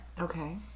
Okay